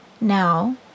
Now